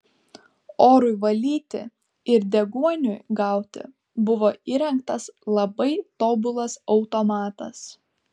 orui valyti ir deguoniui gauti buvo įrengtas labai tobulas automatas